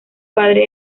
padre